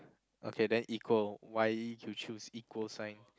okay then equal why you choose equal sign